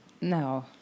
No